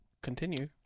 Continue